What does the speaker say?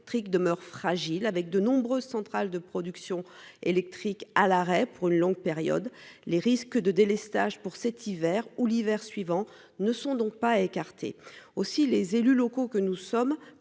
demeure fragile avec de nombreuses centrales de production électrique à l'arrêt pour une longue période, les risques de délestages pour cet hiver ou l'hiver suivant ne sont donc pas. Aussi les élus locaux que nous sommes